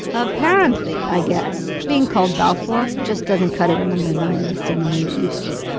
apparently, i guess, being called balfour just doesn't cut it among the zionists in the way it used to.